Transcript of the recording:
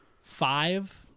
five